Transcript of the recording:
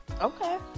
Okay